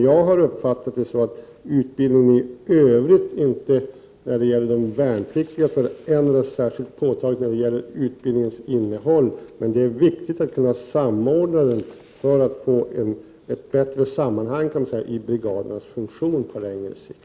Jag har uppfattat det så att utbildningens innehåll när det gäller värnpliktiga inte förändras särskilt påtagligt, men det är viktigt att kunna samordna utbildningen för att få ett bättre sammanhang i brigadernas funktion på längre sikt.